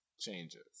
Changes